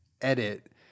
edit